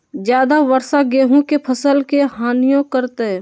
ज्यादा वर्षा गेंहू के फसल के हानियों करतै?